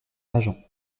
agen